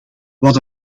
wat